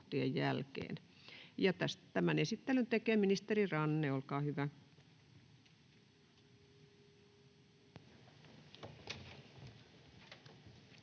Tämän esittelyn tekee ministeri Ranne. — Olkaa hyvä.